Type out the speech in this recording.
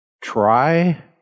try